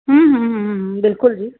ਹੂੰ ਹੂੰ ਹੂੰ ਹੂੰ ਬਿਲਕੁਲ ਜੀ